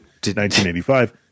1985